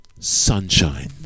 Sunshine